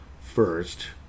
first